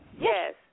Yes